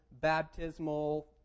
baptismal